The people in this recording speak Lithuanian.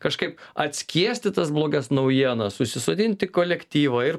kažkaip atskiesti tas blogas naujienas susisodinti kolektyvą ir